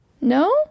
No